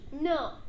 No